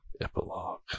Epilogue